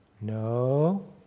No